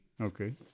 Okay